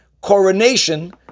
coronation